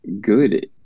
good